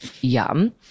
yum